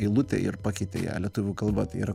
eilutę ir pakeitė ją į lietuvių kalbą tai yra